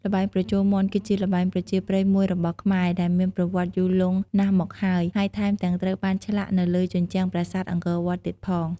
ល្បែងប្រជល់មាន់ គឺជាល្បែងប្រជាប្រិយមួយរបស់ខ្មែរ ដែលមានប្រវត្តិយូរលង់ណាស់មកហើយ ហើយថែមទាំងត្រូវបានឆ្លាក់នៅលើជញ្ជាំងប្រាសាទអង្គរវត្តទៀតផង ។